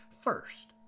First